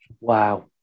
Wow